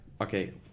Okay